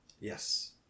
Yes